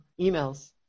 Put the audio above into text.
Emails